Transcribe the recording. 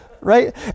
right